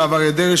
הרב אריה דרעי,